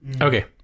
Okay